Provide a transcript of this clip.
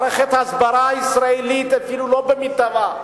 מערכת ההסברה הישראלית לא במיטבה.